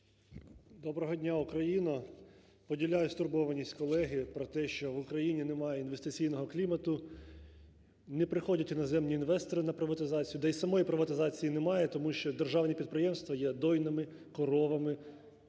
Доброго дня, Україно! Поділяю стурбованість колеги про те, що в Україні немає інвестиційного клімату, не приходять іноземні інвестори на приватизацію та і самої приватизації немає, тому що державні підприємства є дойними коровами